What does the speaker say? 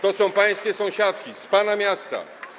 To są pańskie sąsiadki, z pana miasta.